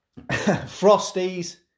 Frosties